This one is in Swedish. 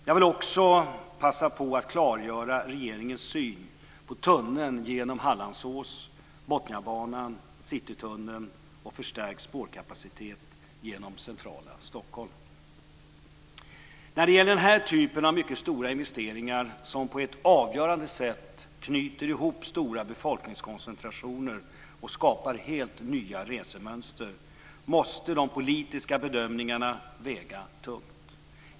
Jag vill också passa på att klargöra regeringens syn på tunneln genom Hallandsås, Botniabanan, Citytunneln och förstärkt spårkapacitet genom centrala När det gäller den här typen av mycket stora investeringar som på ett avgörande sätt knyter ihop stora befolkningskoncentrationer och skapar helt nya resemönster måste de politiska bedömningarna väga tungt.